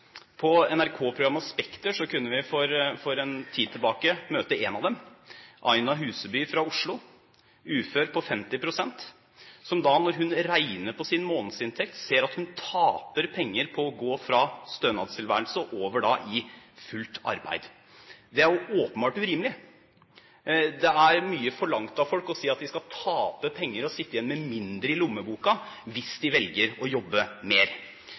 Spekter kunne vi for en tid tilbake møte en av dem, Aina Huseby fra Oslo, 50 pst. ufør, som, når hun regner på sin månedsinntekt, ser at hun taper penger på å gå fra stønadstilværelse over i fullt arbeid. Det er åpenbart urimelig. Det er mye forlangt å si at folk skal tape penger og sitte igjen med mindre i lommeboken hvis de velger å jobbe mer.